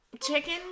Chicken